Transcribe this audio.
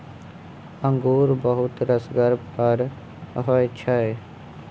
अंगुर बहुत रसगर फर होइ छै